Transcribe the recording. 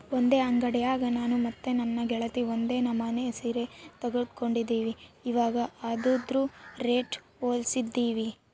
ಒಂದೇ ಅಂಡಿಯಾಗ ನಾನು ಮತ್ತೆ ನನ್ನ ಗೆಳತಿ ಒಂದೇ ನಮನೆ ಸೀರೆ ತಗಂಡಿದ್ವಿ, ಇವಗ ಅದ್ರುದು ರೇಟು ಹೋಲಿಸ್ತಿದ್ವಿ